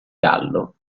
gallo